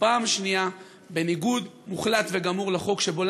ופעם שנייה בניגוד מוחלט וגמור לחוק שבו